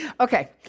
Okay